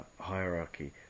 hierarchy